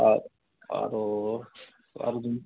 আৰু আৰু